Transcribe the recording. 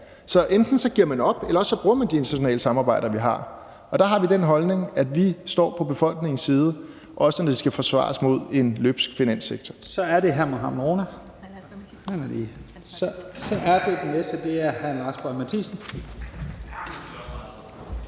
Så enten giver man op, eller også bruger man de internationale samarbejder, vi har. Og der har vi den holdning, at vi står på befolkningens side, også når den skal forsvares mod en løbsk finanssektor. Kl. 12:05 Første næstformand (Leif Lahn Jensen): Den næste er hr. Lars Boje Mathiesen.